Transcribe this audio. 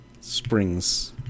springs